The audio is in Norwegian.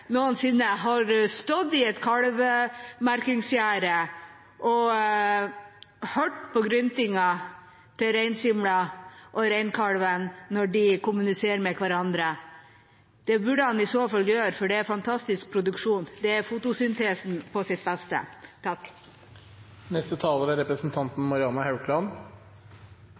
noensinne har stått i et kalvemerkingsgjerde og hørt på gryntingen til reinsimla og reinkalven når de kommuniserer med hverandre. Det burde han i så fall gjøre, for det er fantastisk.